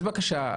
אז בבקשה,